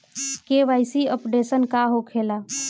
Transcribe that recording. KYC updation का होखेला?